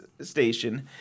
station